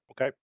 Okay